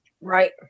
Right